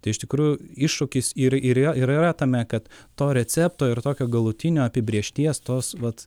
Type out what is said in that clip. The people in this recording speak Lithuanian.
tai iš tikrųjų iššūkis ir ir yra tame kad to recepto ir tokio galutinio apibrėžties tos vat